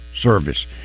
service